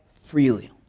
freely